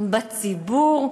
בציבור,